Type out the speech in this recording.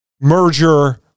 merger